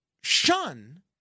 shun